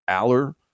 Aller